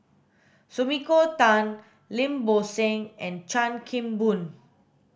Sumiko Tan Lim Bo Seng and Chan Kim Boon